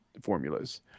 formulas